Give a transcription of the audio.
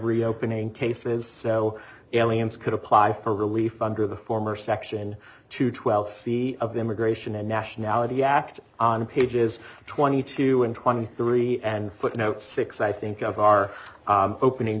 reopening cases so alien could apply for relief under the former section two twelve c of the immigration and nationality act on pages twenty two and twenty three and footnote six i think of our opening